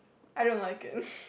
I don't like it